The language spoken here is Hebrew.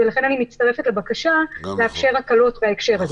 ולכן אני מצטרפת לבקשה לאפשר הקלות בהקשר הזה.